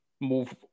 move